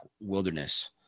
wilderness